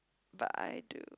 but I do